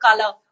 color